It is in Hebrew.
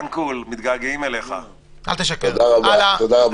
תודה רבה.